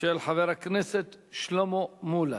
של חבר הכנסת שלמה מולה.